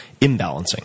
imbalancing